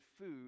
food